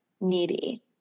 needy